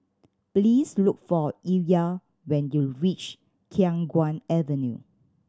please look for Illya when you reach Khiang Guan Avenue